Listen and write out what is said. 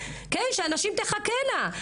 שהנשים תחכנה.